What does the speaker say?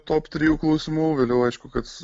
top trijų klausimų vėliau aišku kad